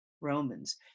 Romans